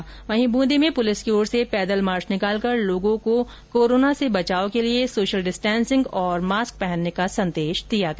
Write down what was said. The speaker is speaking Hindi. इस बीच ब्रंदी में पुलिस की ओर से पैदल मार्च निकालकर लोगों को कोरोना से बचाव के लिए सोशल डिस्टेन्सिंग और मास्क पहनने का संदेश दिया गया